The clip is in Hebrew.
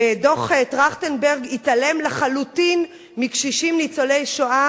ודוח-טרכטנברג התעלם לחלוטין מקשישים ניצולי שואה